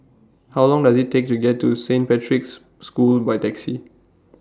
How Long Does IT Take to get to Saint Patrick's School By Taxi